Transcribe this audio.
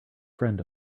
friend